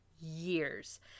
years